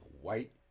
white